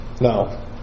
No